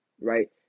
Right